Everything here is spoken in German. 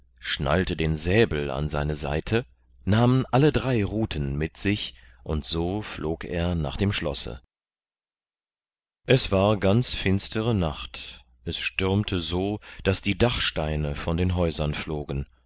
schnallte den säbel an seine seite nahm alle drei ruten mit sich und so flog er nach dem schlosse es war ganz finstere nacht es stürmte so daß die dachsteine von den häusern flogen